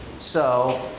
so,